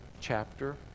chapter